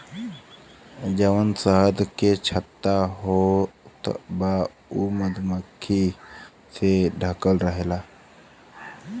जवन शहद के छत्ता होत बा उ मधुमक्खी से ढकल रहेला